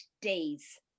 days